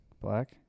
Black